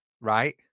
Right